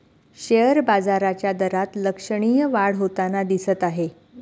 share बाजाराच्या दरात लक्षणीय वाढ होताना दिसत आहे